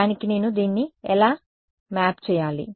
దానికి నేను దీన్ని ఎలా మ్యాప్ చేయాలి